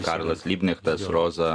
karlas lybnechtas roza